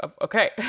okay